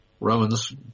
Romans